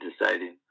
deciding